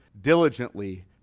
diligently